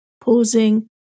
pausing